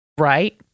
Right